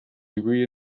degree